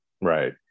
Right